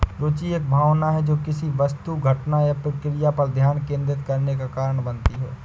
रूचि एक भावना है जो किसी वस्तु घटना या प्रक्रिया पर ध्यान केंद्रित करने का कारण बनती है